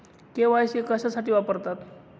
KYC कशासाठी वापरतात?